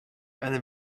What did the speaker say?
eine